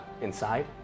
inside